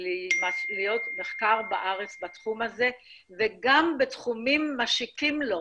להיות מחקר בארץ בתחום הזה וגם בתחומים משיקים לו.